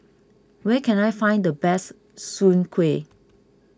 where can I find the best Soon Kuih